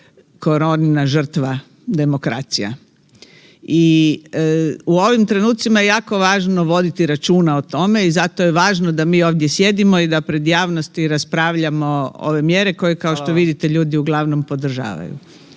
koronina žrtva demokracija. I u ovim trenucima je jako važno voditi računa o tome i zato je važno da mi ovdje sjedimo i da pred javnosti raspravljamo ove mjere koje kao što vidite ljudi uglavnom podržavaju.